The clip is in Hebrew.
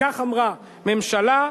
וכך אמרה: ממשלה,